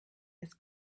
das